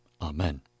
Amen